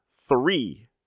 three